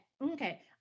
Okay